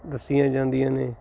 ਦੱਸੀਆਂ ਜਾਂਦੀਆਂ ਨੇ